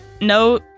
no